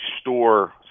store